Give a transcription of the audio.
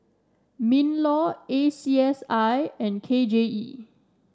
Minlaw A C S I and K J E